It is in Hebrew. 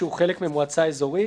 מכוח ההסכם